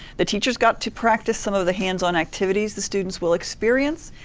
the teachers got to practice some of the hands on activities the students will experience.